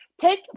Take